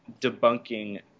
debunking